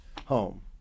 home